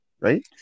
right